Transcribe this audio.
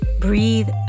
Breathe